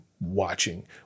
watching